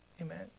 Amen